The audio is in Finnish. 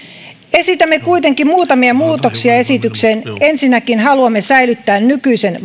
esitämme kuitenkin muutamia muutoksia esitykseen ensinnäkin haluamme säilyttää nykyisen